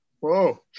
whoa